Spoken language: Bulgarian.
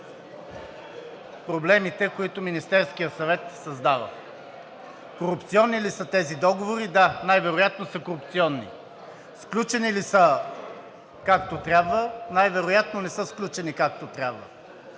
проблемите, които Министерският съвет създава. Корупционни ли са тези договори? Да, най-вероятно са корупционни. Сключени ли са както трябва? Най-вероятно не са сключени както трябва.